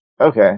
Okay